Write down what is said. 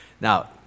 Now